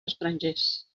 estrangers